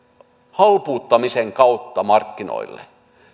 halpuuttamisen kautta markkinoille